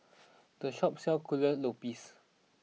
the shop sells Kuih Lopes